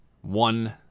one